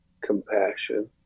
compassion